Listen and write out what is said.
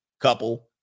couple